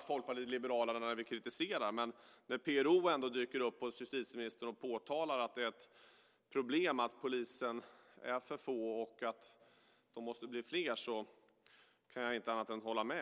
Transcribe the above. Folkpartiet liberalerna överdriver när vi framför kritik. Men när PRO dyker upp hos justitieministern och påtalar att det är ett problem att poliserna är för få och behöver bli fler kan jag inte annat än hålla med.